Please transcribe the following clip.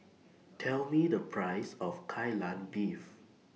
Tell Me The Price of Kai Lan Beef